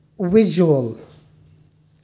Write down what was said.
visual